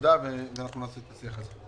מודע ואנחנו נקיים את השיח הזה.